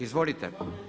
Izvolite.